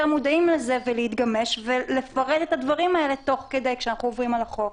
מודעים לזה ולהתגמש ולפרט את הדברים האלה תוך כדי שאנחנו עוברים על החוק.